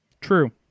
True